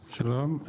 שלום,